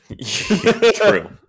true